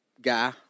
guy